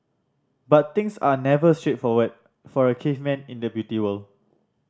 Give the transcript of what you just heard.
but things are never straightforward for a caveman in the Beauty World